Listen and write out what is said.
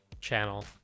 channel